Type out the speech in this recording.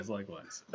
Likewise